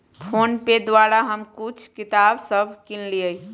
PhonePe के द्वारा हम कुछ किताप सभ किनलियइ